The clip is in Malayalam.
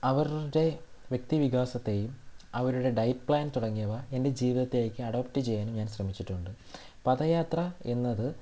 അവരുടെ വ്യക്തി വികാസത്തേയും അവരുടെ ഡയറ്റ് പ്ലാൻ തുടങ്ങിയവ എൻ്റെ ജീവിതത്തിലേയ്ക്ക് അഡോപ്റ്റ് ചെയ്യാൻ ഞാൻ ശ്രമിച്ചിട്ടുണ്ട് പദയാത്ര എന്നത്